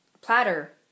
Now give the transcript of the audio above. platter